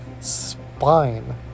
spine